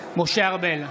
ארבל,